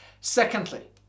Secondly